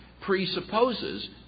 presupposes